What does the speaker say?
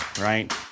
right